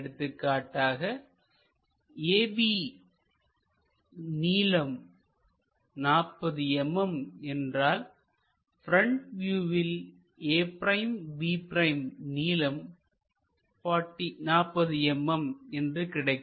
எடுத்துக்காட்டாக AB நீளம் 40 mm என்றால் ப்ரெண்ட் வியூவில் a'b' நீளம் 40 mm என்று கிடைக்கும்